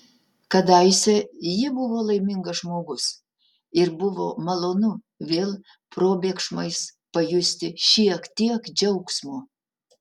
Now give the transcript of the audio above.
kadaise ji buvo laimingas žmogus ir buvo malonu vėl probėgšmais pajusti šiek tiek džiaugsmo